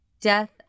death